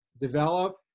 develop